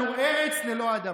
השארתם לנו ארץ ללא אדמה.